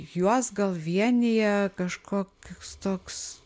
juos gal vienija kažkoks toks